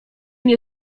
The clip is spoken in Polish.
nie